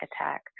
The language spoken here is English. attack